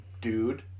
dude